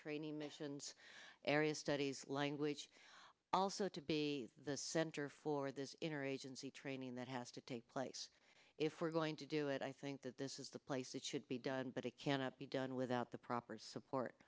training missions areas studies language also to be the center for this inner agency training that has to take place if we're going to do it i think that this is the place that should be done but it cannot be done without the proper support